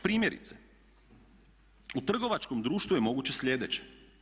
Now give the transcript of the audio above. Primjerice u trgovačkom društvu je moguće sljedeće.